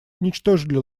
уничтожили